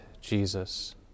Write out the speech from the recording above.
Jesus